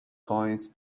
coins